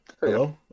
Hello